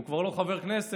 הוא כבר לא חבר כנסת.